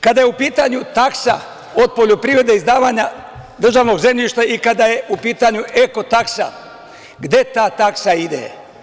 Kada je u pitanju od poljoprivrede i izdavanja državnog zemljišta i kada je u pitanju eko taksa, gde ta taksa ide?